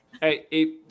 Hey